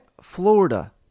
Florida